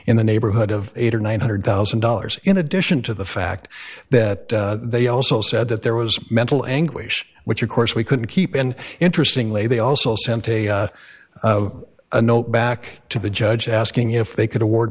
in the neighborhood of eight or nine hundred thousand dollars in addition to the fact that they also said that there was mental anguish which of course we couldn't keep and interestingly they also sent a of a note back to the judge asking if they could award